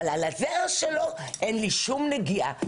אבל על הזרע שלו אין לי שום נגיעה.